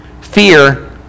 Fear